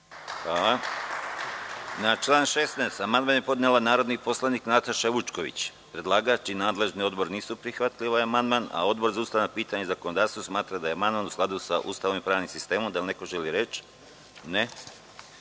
Na član 16. amandman je podnela narodni poslanik Nataša Vučković. Predlagač i nadležni odbor nisu prihvatili ovaj amandman, a Odbor za ustavna pitanja i zakonodavstvo smatra da je amandman u skladu sa Ustavom i pravnim sistemom. Da li neko želi reč?